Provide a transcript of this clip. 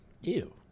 Ew